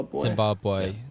Zimbabwe